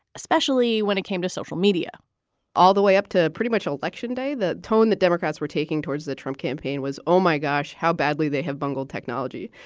especially when it came to social media all the way up to pretty much all election day the tone the democrats were taking towards the trump campaign was, oh my gosh, how badly they have bungled technology.